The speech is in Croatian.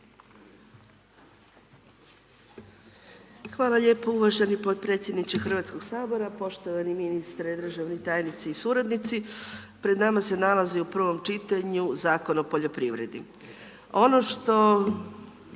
Hvala lijepo uvaženi potpredsjedniče Hrvatskog sabora. Poštovani ministre, državne tajnice i suradnici, pred nama se nalazi u provom čitanju Zakon o poljoprivredi.